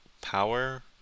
power